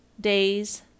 Days